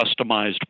customized